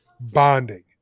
bonding